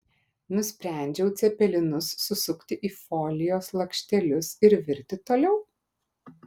nusprendžiau cepelinus susukti į folijos lakštelius ir virti toliau